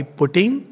putting